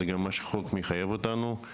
זו גם חובתנו ברמה החוקית.